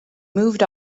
moved